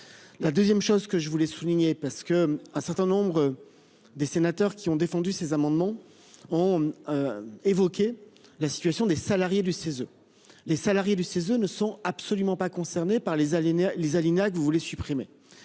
La 2ème, chose que je voulais souligner parce que un certain nombre des sénateurs qui ont défendu ces amendements ont. Évoqué la situation des salariés du CESE. Les salariés du CESE ne sont absolument pas concernés par les alinéas les Alina que vous voulez supprimer